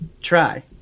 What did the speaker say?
Try